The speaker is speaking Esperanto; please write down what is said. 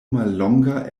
mallonga